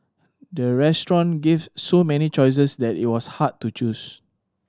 the restaurant gave so many choices that it was hard to choose